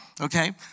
Okay